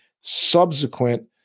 subsequent